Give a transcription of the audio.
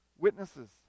witnesses